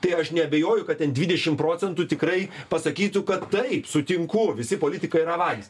tai aš neabejoju kad ten dvidešim procentų tikrai pasakytų kad taip sutinku visi politikai yra vagys